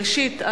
ראשית,